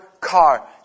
car